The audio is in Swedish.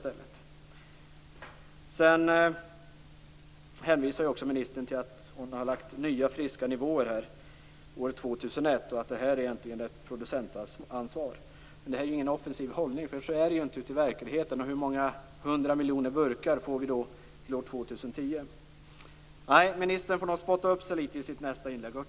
Ministern hänvisar till nya friska nivåer här och nämner år 2001 och att detta egentligen är ett producentansvar. Detta är dock inte en offensiv hållning, för verkligheten är något annat. Hur många hundra miljoner burkar får vi då inte fram till år 2010? Nej, ministern får nog spotta upp sig litet i sitt nästa inlägg.